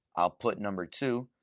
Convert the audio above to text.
i'll put number two,